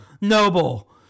Noble